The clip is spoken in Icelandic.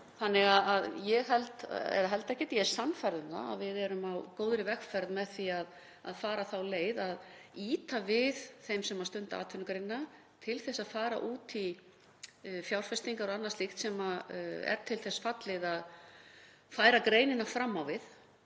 hafa það inngrip undir. Ég er sannfærð um að við erum á góðri vegferð með því að fara þá leið að ýta við þeim sem stunda atvinnugreinina til að fara út í fjárfestingar og annað slíkt sem er til þess fallið að færa greinina fram á við